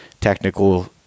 technical